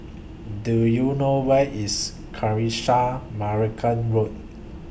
Do YOU know Where IS Kanisha Marican Road